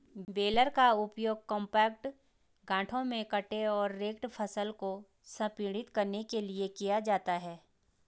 baler का उपयोग compact गांठों में कटे और रेक्ड फसल को संपीड़ित करने के लिए किया जाता है